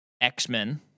X-Men